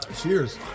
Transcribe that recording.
Cheers